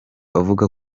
avuga